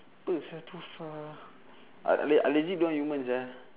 go and said too far I uh la~ lazy don't yumen uh